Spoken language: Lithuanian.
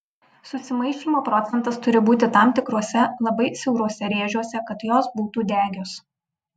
susimaišymo procentas turi būti tam tikruose labai siauruose rėžiuose kad jos būtų degios